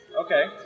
Okay